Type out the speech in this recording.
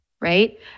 right